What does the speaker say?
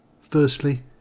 Firstly